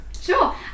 sure